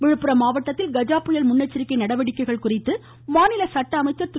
சண்முகம் கஜா விழுப்புரம் மாவட்டத்தில் கஜா புயல் முன்னெச்சரிக்கை நடவடிக்கைகள் குறித்து மாநில சட்ட அமைச்சர் திரு